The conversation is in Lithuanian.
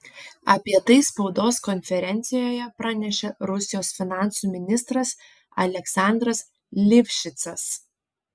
apie tai spaudos konferencijoje pranešė rusijos finansų ministras aleksandras livšicas